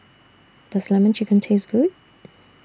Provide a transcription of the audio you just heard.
Does Lemon Chicken Taste Good